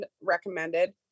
recommended